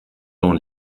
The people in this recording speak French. dans